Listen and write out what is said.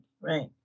right